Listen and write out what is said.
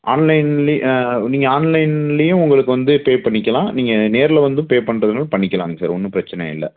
ஆன்லைன்ல ஆ நீங்கள் ஆன்லைன்லயும் உங்களுக்கு வந்து பே பண்ணிக்கலாம் நீங்கள் நேரில் வந்தும் பே பண்ணுறதுன்னாலும் பண்ணிக்கலாங்க சார் ஒன்றும் பிரச்சனை இல்லை